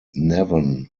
thousand